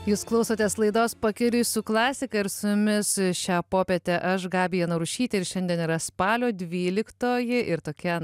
jūs klausotės laidos pakeliui su klasika ir su jumis šią popietę aš gabija narušytė ir šiandien yra spalio dvyliktoji ir tokia